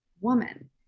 woman